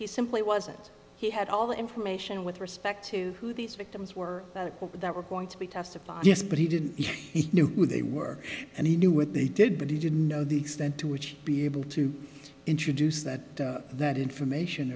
he simply wasn't he had all the information with respect to who these victims were that were going to be testified yes but he didn't if he knew who they were and he knew what they did but he didn't know the extent to which be able to introduce that that information